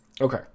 Okay